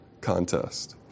contest